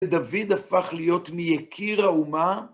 דוד הפך להיות מיקיר האומה.